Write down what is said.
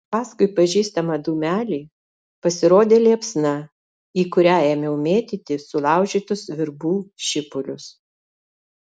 paskui pažįstamą dūmelį pasirodė liepsna į kurią ėmiau mėtyti sulaužytus virbų šipulius